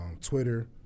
Twitter